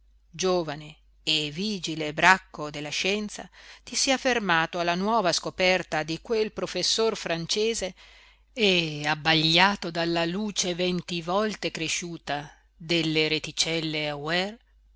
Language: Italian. giovane e vigile bracco della scienza ti sia fermato alla nuova scoperta di quel professor francese e abbagliato dalla luce venti volte cresciuta delle reticelle auer